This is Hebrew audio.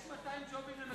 יש 200 ג'ובים למקורבים.